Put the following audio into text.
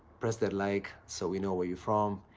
press that like so we know where you're from.